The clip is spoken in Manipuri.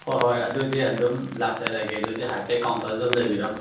ꯍꯣꯏ ꯍꯣꯏ ꯑꯗꯨꯗꯤ ꯑꯗꯨꯝ ꯂꯥꯛꯆꯔꯒꯦ ꯑꯗꯨꯗꯤ ꯍꯥꯏꯐꯦꯠ ꯀꯥꯎꯟꯇꯔꯗ ꯑꯗꯨꯝ ꯂꯩꯕꯤꯔꯝꯃꯣ